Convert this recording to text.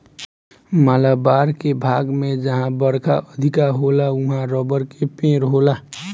मालाबार के भाग में जहां बरखा अधिका होला उहाँ रबड़ के पेड़ होला